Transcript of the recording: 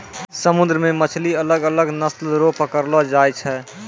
समुन्द्र मे मछली अलग अलग नस्ल रो पकड़लो जाय छै